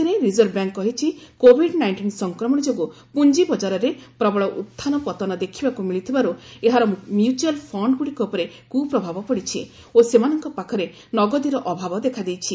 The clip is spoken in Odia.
ଏକ ବିବୃଭିରେ ରିଜର୍ଭ ବ୍ୟାଙ୍କ କହିଛି କୋଭିଡ ନାଇଷ୍ଟିନ୍ ସଂକ୍ରମଣ ଯୋଗୁଁ ପୁଞ୍ଜି ବଜାରରେ ପ୍ରବଳ ଉତ୍ଥାନ ପତନ ଦେଖିବାକୁ ମଳିଥିବାରୁ ଏହାର ମ୍ୟୁଚାଲ ଫଶ୍ଡ ଗୁଡ଼ିକ ଉପରେ କୁ ପ୍ରଭାବ ପଡିଛି ଓ ସେମାନଙ୍କ ପାଖରେ ନଗଦୀର ଅଭାବ ଦେଖାଦେଇଛି